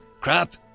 Crap